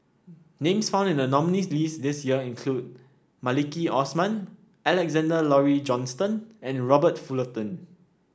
names found in the nominees' list this year include Maliki Osman Alexander Laurie Johnston and Robert Fullerton